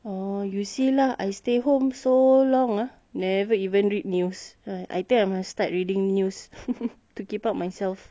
orh you see lah I stay home so long ah never even read news !hais! I think I must start reading news to keep up myself